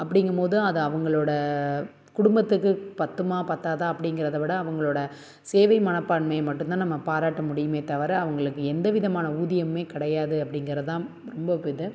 அப்படிங்கும் போது அது அவங்களோட குடும்பத்துக்கு பற்றுமா பற்றாதா அப்படிங்கறதவிட அவங்களோடய சேவை மனப்பான்மையை மட்டுந்தான் நம்ம பாராட்ட முடியுமே தவிர அவங்களுக்கு எந்தவிதமான ஊதியமுமே கிடையாது அப்படிங்கறதான் ரொம்ப இது